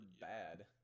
bad